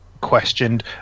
questioned